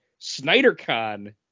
SnyderCon